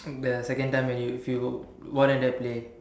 the second time when you feel more than that play